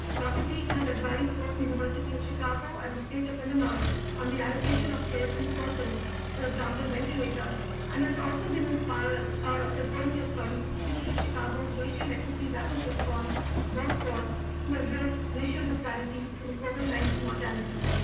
dr. peek has advised both the university of chicago and the state of illinois on the allocation of scarce resources for example, ventilators and has also been ah appointed sort of to the city of chicago's racial equity rapid response workforce to address racial disparities in covid nineteen mortality.